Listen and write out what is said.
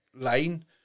line